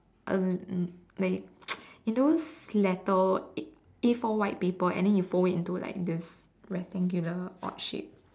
uh like in those letter A A four white paper and then you fold into like this rectangular odd shape